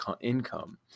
income